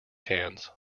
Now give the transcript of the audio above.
cans